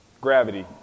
gravity